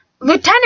Lieutenant